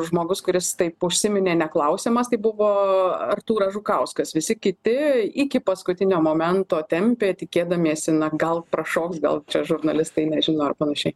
žmogus kuris taip užsiminė neklausiamas tai buvo artūras žukauskas visi kiti iki paskutinio momento tempė tikėdamiesi na gal prašoks gal čia žurnalistai nežino ar panašiai